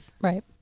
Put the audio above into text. Right